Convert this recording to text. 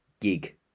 gig